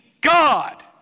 God